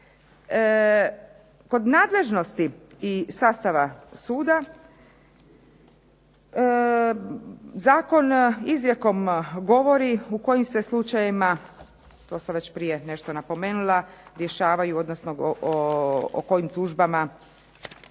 Kod nadležnosti i sastava suda zakon izrijekom govori u kojim se slučajevima to sam već prije nešto napomenula rješavaju, odnosno o kojim tužbama